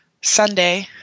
Sunday